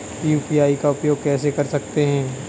UPI का उपयोग कैसे कर सकते हैं?